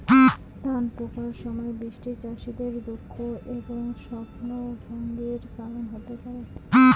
ধান পাকার সময় বৃষ্টি চাষীদের দুঃখ এবং স্বপ্নভঙ্গের কারণ হতে পারে